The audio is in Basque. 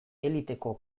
eliteko